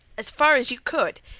as far as you could?